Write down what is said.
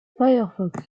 firefox